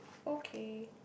okay